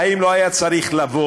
האם לא היה צריך לבוא